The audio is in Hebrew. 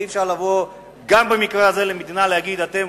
ואי-אפשר לבוא גם במקרה הזה למדינה ולהגיד שהיא